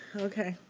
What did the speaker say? okay,